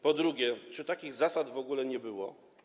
Po drugie, czy takich zasad w ogóle nie było?